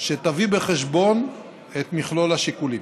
שתביא בחשבון את מכלול השיקולים.